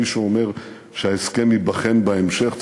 מי שאומר שההסכם ייבחן בהמשך,